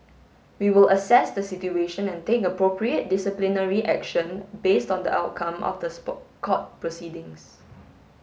we will assess the situation and take appropriate disciplinary action based on the outcome of the court proceedings